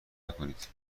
نکنید